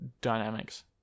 dynamics